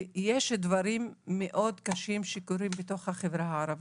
ויש דברים מאוד קשים שקורים בתוך החברה הערבית.